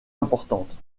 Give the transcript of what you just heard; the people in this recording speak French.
importante